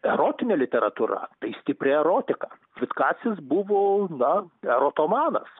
erotinė literatūra tai stipri erotika vitkacis buvo na erotomanas